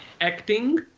acting